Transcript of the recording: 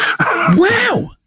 Wow